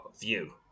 View